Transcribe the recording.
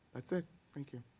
that's it. thank you.